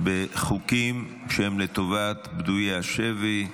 בחוקים שהם לטובת פדויי השבי,